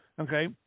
Okay